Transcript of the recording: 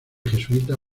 jesuita